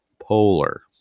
polar